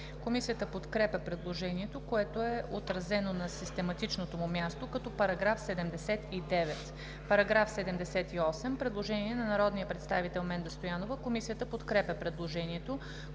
Комисията подкрепя предложението, което е отразено на систематичното му място като § 79. По § 78 има направено предложение на народния представител Менда Стоянова. Комисията подкрепя предложението.